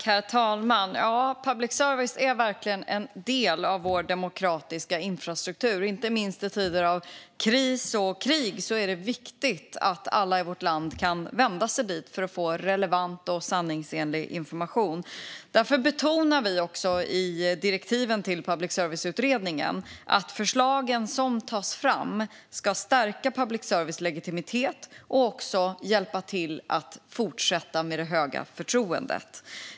Herr talman! Public service är verkligen en del av vår demokratiska infrastruktur. Inte minst i tider av kris och krig är det viktigt att alla i vårt land kan vända sig dit för att få relevant och sanningsenlig information. Därför betonar vi också i direktiven till public service-utredningen att de förslag som tas fram ska stärka public services legitimitet och också hjälpa till att behålla det höga förtroendet.